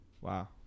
Wow